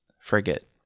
frigate